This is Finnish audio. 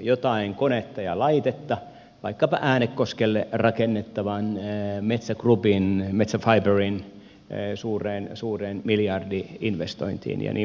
jotain konetta ja laitetta vaikkapa äänekoskelle rakennettavan metsä groupin metsä fibren suureen miljardi investointiin ja niin poispäin